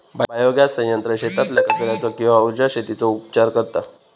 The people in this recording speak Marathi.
बायोगॅस संयंत्र शेतातल्या कचर्याचो किंवा उर्जा शेतीचो उपचार करता